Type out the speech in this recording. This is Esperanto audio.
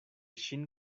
ŝin